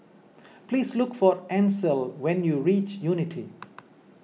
please look for Ancel when you reach Unity